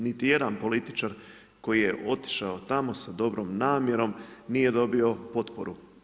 Niti jedan političar koji je otišao tamo sa dobrom namjerom nije dobio potporu.